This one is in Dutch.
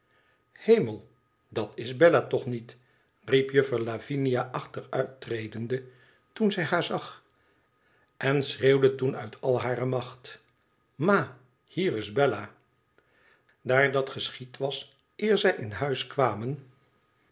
hemel dat is bella toch niet riep juffer lavinia achteruittredende toen zij haar zag en schreeuwde toen uit al hare macht ma hier is bella daar dat geschied was eer zij in huis kwamen